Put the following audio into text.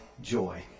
joy